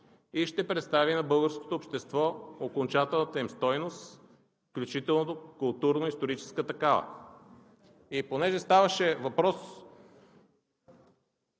и ще представи на българското общество окончателната им стойност, включително културно-историческа такава. Понеже вчера ставаше въпрос